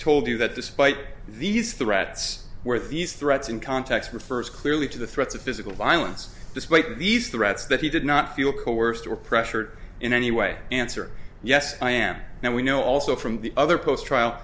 told you that despite these threats were these threats in context refers clearly to the threats of physical violence despite these threats that he did not feel coerced or pressured in any way answer yes i am now we know also from the other post trial